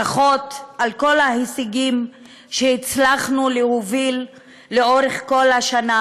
ברכות על כל ההישגים שהצלחנו להוביל לאורך כל השנה